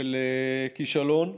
של כישלון.